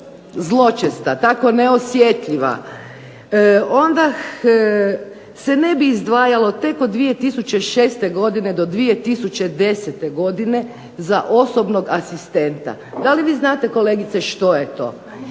zločesta, tako neosjetljiva onda se ne bi izdvajalo tek od 2006. godine do 2010. godine za osobnog asistenta. Da li vi znate kolegice što je to